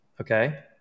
okay